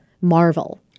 Marvel